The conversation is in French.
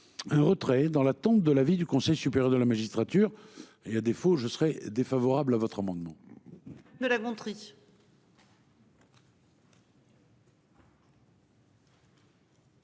Un retrait dans l'attente de l'avis du Conseil supérieur de la magistrature. Il y a des faux je serai défavorable à votre amendement.